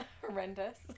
Horrendous